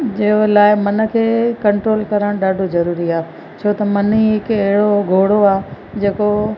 जो लाइ मन खे कंट्रोल करणु ॾाढो ज़रूरी आहे छो त मन ई हिकु अहिड़ो घोड़ो आहे जेको